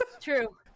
True